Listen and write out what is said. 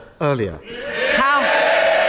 earlier